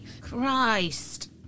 Christ